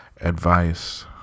advice